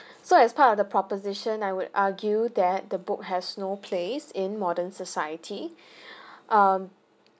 so as part of the proposition I would argue that the book has no place in modern society um